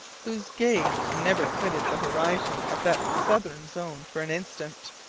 whose gaze never quitted the horizon of that southern zone for an instant.